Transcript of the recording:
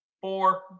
Four